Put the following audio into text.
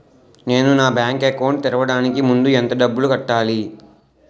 నేను నా bank account తెరవడానికి ముందు ఎంత డబ్బులు కట్టాలి?